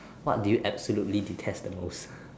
what do you absolutely detest the most